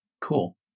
Cool